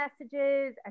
messages